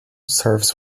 serves